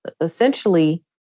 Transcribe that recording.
essentially